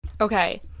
Okay